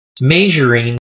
measuring